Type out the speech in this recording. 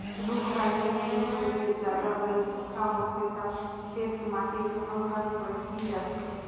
रूख राई के नइ होए ले जादा बइरखा होथे त खेत के माटी घलो हर बही जाथे